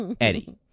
Eddie